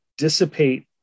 Dissipate